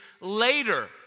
later